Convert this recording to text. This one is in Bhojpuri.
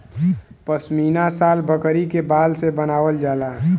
पश्मीना शाल बकरी के बार से बनावल जाला